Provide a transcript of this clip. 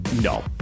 No